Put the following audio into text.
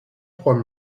trois